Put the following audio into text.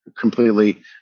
completely